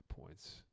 points